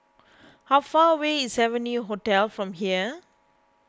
how far away is Venue Hotel from here